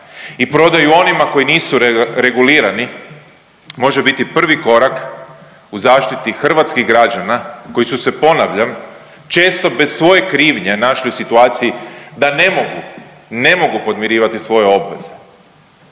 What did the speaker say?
i prodaju onima koji nisu regulirani može biti prvi korak u zaštiti hrvatskih građana koji su se ponavljam često bez svoje krivnje našli u situaciji da ne mogu, ne mogu podmirivati svoje obveze.